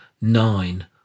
Nine